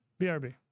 BRB